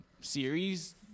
series